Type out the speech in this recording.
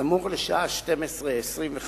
בסמוך לשעה 12:25,